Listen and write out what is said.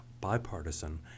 bipartisan